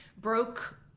broke